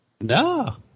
No